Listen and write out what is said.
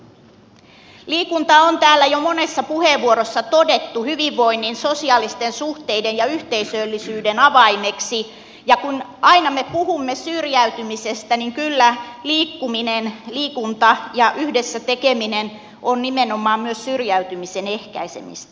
liikunta on täällä jo monessa puheenvuorossa todettu hyvinvoinnin sosiaalisten suhteiden ja yhteisöllisyyden avaimeksi ja kun me aina puhumme syrjäytymisestä niin kyllä liikkuminen liikunta ja yhdessä tekeminen ovat nimenomaan myös syrjäytymisen ehkäisemistä